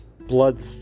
blood